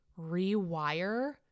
rewire